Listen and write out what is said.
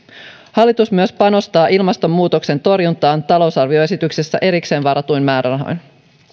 hallitus myös panostaa ilmastonmuutoksen torjuntaan talousarvioesityksessä erikseen varatuin määrärahoin